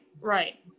right